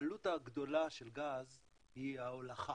העלות הגדולה של גז היא ההולכה